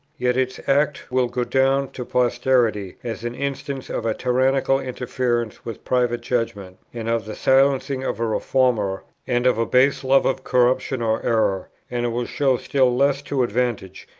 yet its act will go down to posterity as an instance of a tyrannical interference with private judgment, and of the silencing of a reformer, and of a base love of corruption or error and it will show still less to advantage,